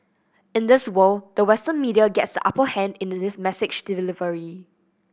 in this world the Western media gets the upper hand in the this message delivery